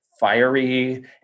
fiery